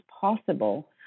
possible